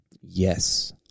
Yes